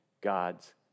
God's